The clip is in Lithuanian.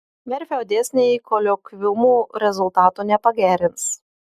merfio dėsniai koliokviumų rezultatų nepagerins